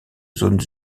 zones